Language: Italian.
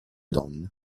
donne